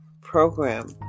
program